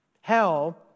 Hell